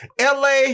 la